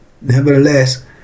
Nevertheless